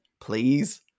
please